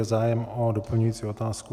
Je zájem o doplňující otázku?